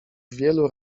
wielu